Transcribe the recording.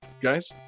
Guys